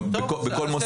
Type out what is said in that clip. בכל מוסד.